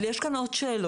אבל יש כאן עוד שאלות.